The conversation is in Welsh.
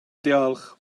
diolch